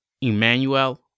Emmanuel